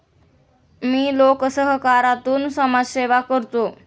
मी लोकसहकारातून समाजसेवा करतो